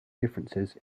differences